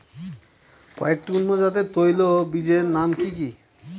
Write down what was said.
কয়েকটি উন্নত জাতের তৈল ও বীজের নাম কি কি?